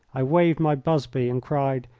i waved my busby and cried,